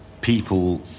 people